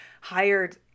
hired